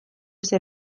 zer